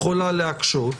יכולה להקשות,